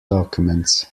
documents